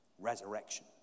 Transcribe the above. resurrection